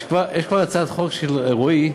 יש פה הצעת החוק של רועי,